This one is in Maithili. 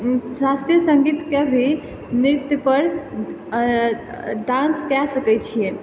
शास्त्रीय सङ्गीतके भी नृत्यपर डान्स कऽ सकै छियै